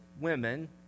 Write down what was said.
women